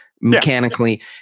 mechanically